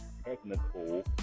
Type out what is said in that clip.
technical